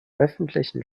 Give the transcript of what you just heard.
öffentlichen